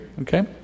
okay